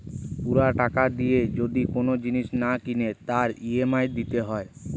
পুরা টাকা দিয়ে যদি কোন জিনিস না কিনে তার ই.এম.আই দিতে হয়